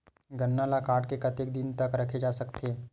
गन्ना ल काट के कतेक दिन तक रखे जा सकथे?